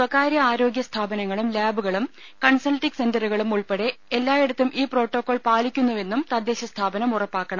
സ്വകാരൃ ആരോഗൃ സ്ഥാപനങ്ങളും ലാബു കളും കൺസൽട്ടിങ് സെന്ററുകളും ഉൾപ്പെടെ എല്ലായിടത്തും ഈ പ്രോട്ടോ കോൾ പാലിക്കുന്നുവെന്നും തദ്ദേശ സ്ഥാപനം ഉറപ്പാക്കണം